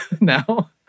now